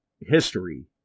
history